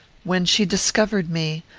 when she discovered me,